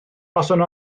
buaswn